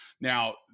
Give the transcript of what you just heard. Now